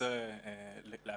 את החקירה בכל דרך שהיא.